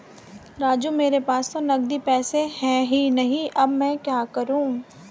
राजू मेरे पास तो नगदी पैसे है ही नहीं अब मैं क्या करूं